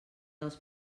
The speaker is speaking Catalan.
dels